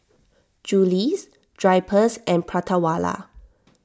Julie's Drypers and Prata Wala